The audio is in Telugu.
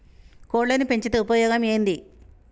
కోళ్లని పెంచితే ఉపయోగం ఏంది?